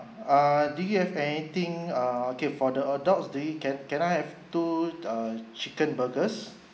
err do you have anything err okay for the adults do you can can I have two uh chicken burgers